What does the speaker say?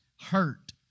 hurt